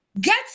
get